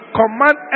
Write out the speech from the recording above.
command